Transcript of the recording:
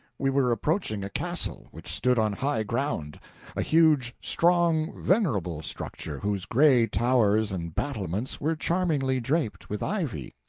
we were approaching a castle which stood on high ground a huge, strong, venerable structure, whose gray towers and battlements were charmingly draped with ivy,